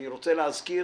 אני רוצה להזכיר